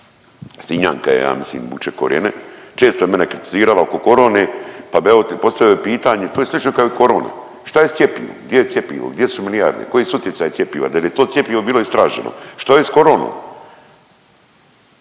Sinjanka je ja mislim vuče korijene, često je mene kritizirala oko korone pa bi evo postavio pitanje, to je slično kao i u koroni. Šta je s cjepivom, gdje je cjepivo, gdje su milijarde, koji su utjecaji cjepiva, dal je li to cjepivo bilo istraženo? Što je s koronom?